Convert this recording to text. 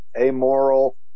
amoral